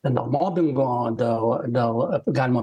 ten ar mobingo dėl dėl galimo